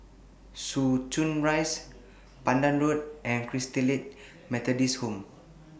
Soo Chow Rise Pandan Road and Christalite Methodist Home